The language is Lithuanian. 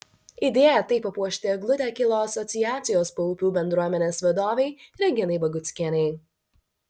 idėja taip papuošti eglutę kilo asociacijos paupių bendruomenės vadovei reginai baguckienei